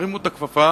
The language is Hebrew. תרימו את הכפפה